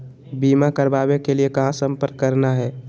बीमा करावे के लिए कहा संपर्क करना है?